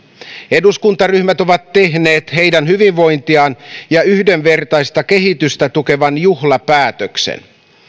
eduskuntaryhmät ovat tehneet heidän hyvinvointiaan ja yhdenvertaista kehitystään tukevan juhlapäätöksen